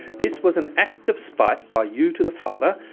this was an act of spite by you to the father.